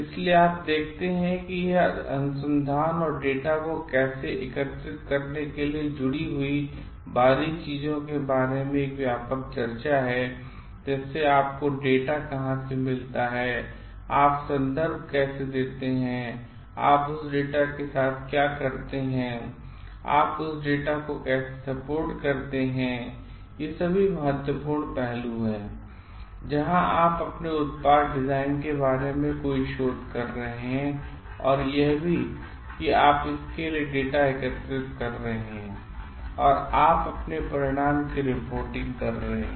इसलिए आप देखते हैं कि यह अनुसंधान और डेटा को कैसे एकत्रित करने के लिए जुड़ी हुई बारीक चीजों के बारे में एक व्यापक चर्चा है जैसे आपको डेटा कहाँ से मिलता है आप संदर्भ कैसे देते हैं और आप उस डेटा के साथ क्या करते हैं आप उस डेटा को कैसे रिपोर्ट करते हैं ये सभी बहुत महत्वपूर्ण पहलु हैं जहां आप अपने उत्पाद डिजाइन के संबंध में कोई शोध कर रहे हैं और यह भी कि आप इसके लिए डेटा एकत्रित कर रहे हैं या आप अपने परिणाम की रिपोर्टिंग कर रहे हैं